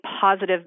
positive